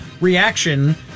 reaction